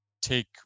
take